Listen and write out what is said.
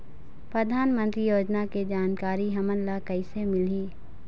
परधानमंतरी योजना के जानकारी हमन ल कइसे मिलही?